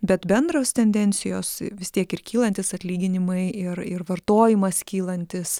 bet bendros tendencijos vis tiek ir kylantys atlyginimai ir ir vartojimas kylantis